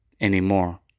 anymore